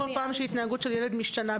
כל פעם שהתנהגות של ילד משתנה,